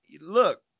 look